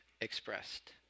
expressed